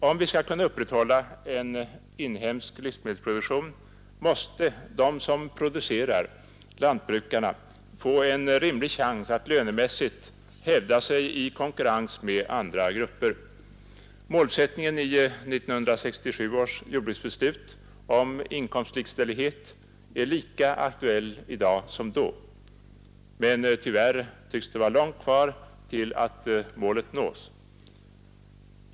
Om vi skall kunna upprätthålla en inhemsk livsmedelsproduktion måste de som producerar, lantbrukarna, få en rimlig chans att lönemässigt hävda sig i konkurrens med andra grupper. Målsättningen i 1967 års jordbruksbeslut om inkomstlikställighet är lika aktuell i dag som den var då, men tyvärr tycks det vara långt kvar till det målet.